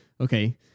Okay